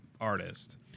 artist